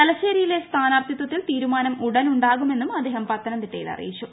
തലശ്ശേരിയിലെ സ്ഥാനാർത്ഥിത്വത്തിൽ തീരുമാനം ഉടൻ ഉണ്ടാകുമെന്നും അദ്ദേഹം പത്തനംതിട്ടയിൽ അറിയിച്ചു